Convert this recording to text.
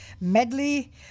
medley